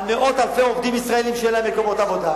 על מאות אלפי עובדים ישראלים שאין להם מקומות עבודה,